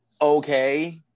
okay